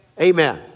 Amen